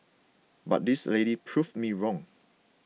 but this lady proved me wrong